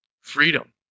freedom